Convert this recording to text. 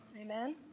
Amen